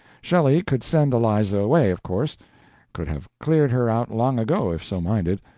shelley could send eliza away, of course could have cleared her out long ago if so minded,